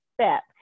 step